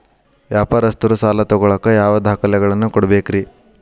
ವ್ಯಾಪಾರಸ್ಥರು ಸಾಲ ತಗೋಳಾಕ್ ಯಾವ ದಾಖಲೆಗಳನ್ನ ಕೊಡಬೇಕ್ರಿ?